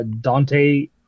Dante